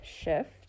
shift